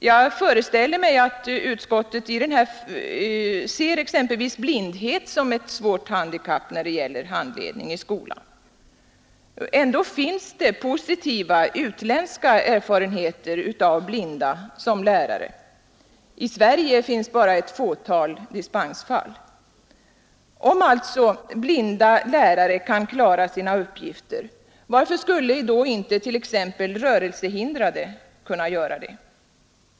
Jag föreställer mig att utskottet ser exempelvis blindhet som ett svårt handikapp när det gäller handledning i skolan. Ändå finns det positiva utländska erfarenheter av blinda som lärare. I Sverige finns bara ett fåtal dispensfall. Om alltså blinda lärare kan klara sina uppgifter, varför skulle då inte t.ex. rörelsehindrade kunna göra det?